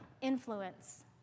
influence